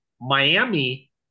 Miami